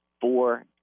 four